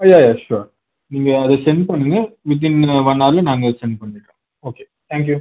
யா yeah yes sure நீங்கள் அது sent பண்ணுங்கள் வித்தின் ஒன் அவரில் நாங்கள் சென்ட் பண்ணிடறோம் ஓகே தேங்க்யூ